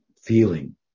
feeling